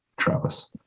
Travis